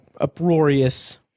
uproarious